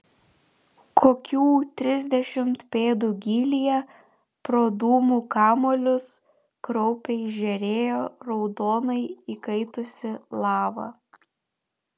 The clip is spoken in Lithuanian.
kokių trisdešimt pėdų gylyje pro dūmų kamuolius kraupiai žėrėjo raudonai įkaitusi lava